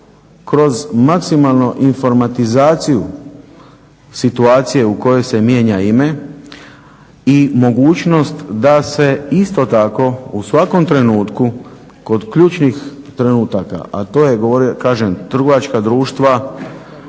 kroz maksimalno informatizaciju situacije u kojoj se mijenja ime i mogućnost da se isto tako u svakom trenutku kod ključnih trenutaka. A to je govorio, kažem trgovačka društva,